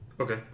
Okay